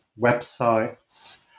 websites